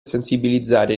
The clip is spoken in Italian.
sensibilizzare